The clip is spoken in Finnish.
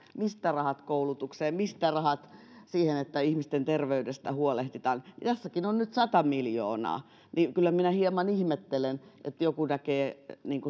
mistä rahat koulutukseen ja mistä rahat siihen että ihmisten terveydestä huolehditaan ja kun jossakin on nyt sata miljoonaa niin kyllä minä hieman ihmettelen että joku näkee